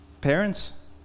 Parents